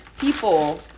people